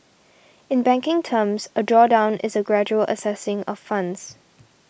in banking terms a drawdown is a gradual accessing of funds